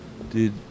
Dude